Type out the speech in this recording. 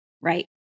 right